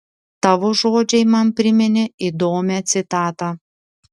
tavo žodžiai man priminė įdomią citatą